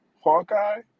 Hawkeye